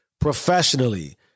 professionally